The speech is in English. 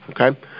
okay